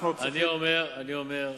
אני אומר שהיום